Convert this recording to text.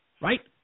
Right